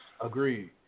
Agreed